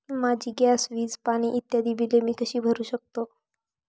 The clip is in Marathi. माझी गॅस, वीज, पाणी इत्यादि बिले मी कशी भरु शकतो?